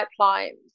pipelines